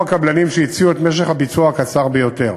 הקבלנים שהציעו את משך הביצוע הקצר ביותר.